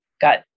got